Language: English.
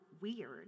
weird